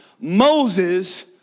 Moses